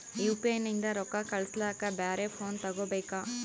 UPI ನಿಂದ ರೊಕ್ಕ ಕಳಸ್ಲಕ ಬ್ಯಾರೆ ಫೋನ ತೋಗೊಬೇಕ?